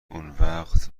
اونوقت